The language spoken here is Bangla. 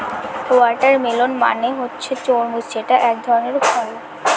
ওয়াটারমেলন মানে হচ্ছে তরমুজ যেটা এক ধরনের ফল